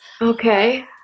Okay